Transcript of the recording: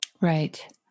Right